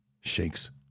shakes